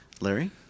Larry